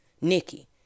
Nikki